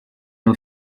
nhw